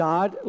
God